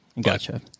gotcha